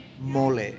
mole